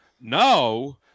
No